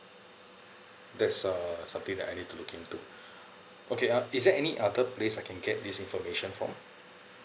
that's uh something that I need to look into okay uh is there any other place I can get this information from